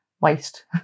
waste